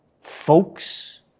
folks